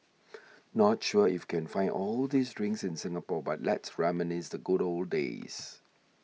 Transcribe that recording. not sure if you can find all these drinks in Singapore but let's reminisce the good old days